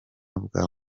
bwa